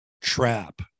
trap